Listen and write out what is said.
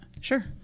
Sure